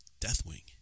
Deathwing